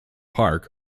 park